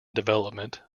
development